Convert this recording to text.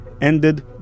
ended